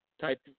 type